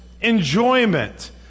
enjoyment